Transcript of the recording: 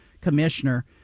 commissioner